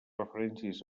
referències